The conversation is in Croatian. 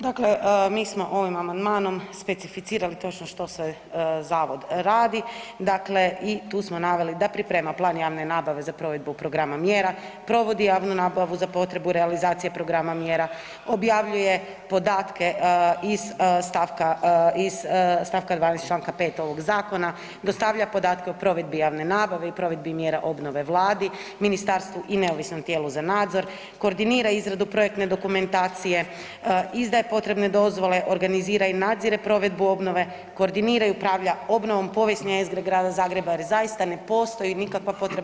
Dakle, mi smo ovim amandmanom specificirali točno što sve zavod radi, dakle i tu smo naveli da priprema plan javne nabave za provedbu programa mjera, provodi javnu nabavu za potrebu realizacije programa mjera, objavljuje podatke iz stavka, iz st. 12. čl. 5. ovog zakona, dostavlja podatke o provedbi javne nabave i provedbi mjera obnove vladi, ministarstvu i neovisnom tijelu za nadzor, koordinira izradu projektne dokumentacije, izdaje potrebne dozvole, organizira i nadzire provedbu obnove, koordinira i upravlja obnovom povijesne jezgre Grada Zagreba jer zaista ne postoji nikakva potreba